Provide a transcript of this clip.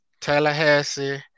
Tallahassee